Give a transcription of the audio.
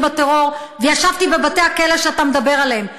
בטרור וישבתי בבתי הכלא שאתה מדבר עליהם.